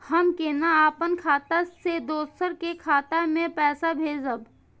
हम केना अपन खाता से दोसर के खाता में पैसा भेजब?